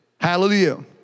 Hallelujah